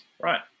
right